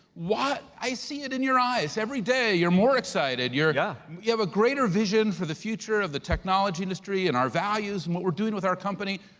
what, i see it in your eyes every day, you're more excited, and you have a greater vision for the future of the technology industry and our values, and what we're doing with our company.